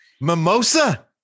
Mimosa